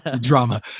drama